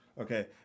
Okay